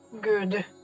good